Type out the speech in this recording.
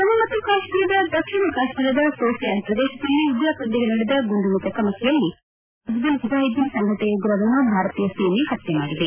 ಜಮ್ಮು ಮತ್ತು ಕಾಶ್ಮೀರದ ದಕ್ಷಿಣ ಕಾಶ್ಮೀರದ ಸೋಫಿಯಾನ್ ಪ್ರದೇಶದಲ್ಲಿ ಉಗ್ರರೊಂದಿಗೆ ನಡೆದ ಗುಂಡಿನ ಚಕಮಕಿಯಲ್ಲಿ ಮೂವರು ಸ್ಥಳೀಯ ಹಿಜ್ಬಲ್ ಮುಜಾಯಿದ್ದೀನ್ ಸಂಘಟನೆಯ ಉಗ್ರರನ್ನು ಭಾರತೀಯ ಸೇನೆ ಹತ್ಯೆ ಮಾಡಿದೆ